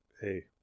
hey